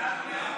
ועדת הכנסת.